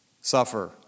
suffer